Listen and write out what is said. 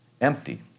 empty